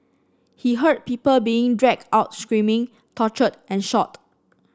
he heard people being dragged out screaming tortured and shot